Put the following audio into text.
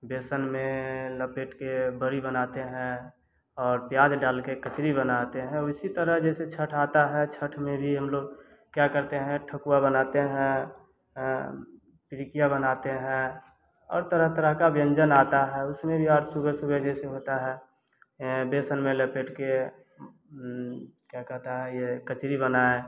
बेसन में लपेट के बड़ी बनाते हैं और प्याज डाल के कचरी बनाते हैं उसी तरह जैसे छठ आता है छठ में भी हम लोग क्या करते हैं ठेकुआ बनाते हैं पिरिकिया बनाते हैं और तरह तरह का व्यंजन आता है उसमें और सुबह सुबह जैसे होता है बेसन में लपेट के क्या कहता है ये कचरी बनाए